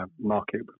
market